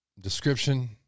description